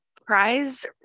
prize